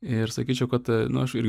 ir sakyčiau kad nu aš irgi